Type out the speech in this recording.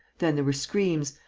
then there were screams.